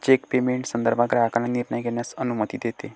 check payment संदर्भात ग्राहकांना निर्णय घेण्यास अनुमती देते